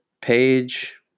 page